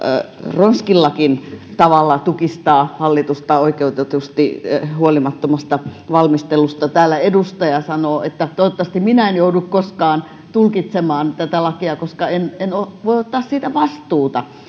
ronskillakin tavalla tukistaa hallitusta oikeutetusti huolimattomasta valmistelusta täällä edustaja sanoo että toivottavasti minä en joudu koskaan tulkitsemaan tätä lakia koska en en voi ottaa siitä vastuuta niin